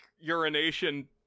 urination